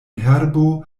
herbo